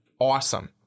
awesome